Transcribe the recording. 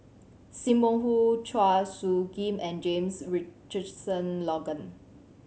Sim Wong Hoo Chua Soo Khim and James Richardson Logan